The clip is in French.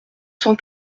cent